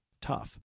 tough